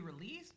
released